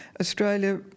Australia